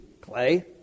Clay